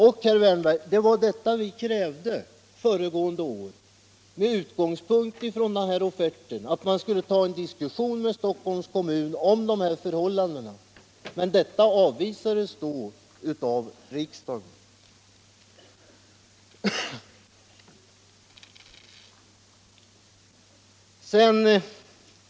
Och, herr Wärnberg, det var om dessa förhållanden vi föregående år. med utgångspunkt i denna offert, krävde att man skulle ta en diskussion med Stockholms kommun. Men detta avvisades då av riksdagen.